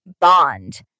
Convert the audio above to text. bond